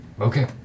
Okay